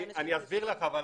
אני אסביר לך.